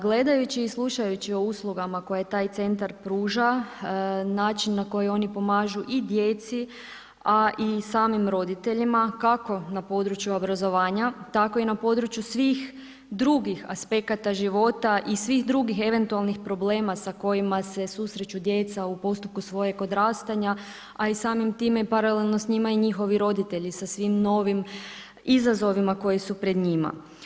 Gledajući i slušajući o uslugama koje taj Centar pruža, način na koji oni pomažu i djeci, a i samim roditeljima kako na području obrazovanja, tako i na području svih drugih aspekata života i svih drugih eventualnih problema sa kojima se susreću djeca u postupku svojeg odrastanja, a i samim time paralelno s njima i njihovi roditelji sa svim novim izazovima koji su pred njima.